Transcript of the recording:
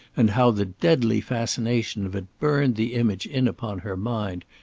and how the deadly fascination of it burned the image in upon her mind!